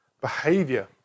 Behavior